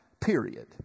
period